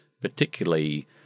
particularly